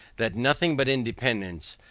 that nothing but independance,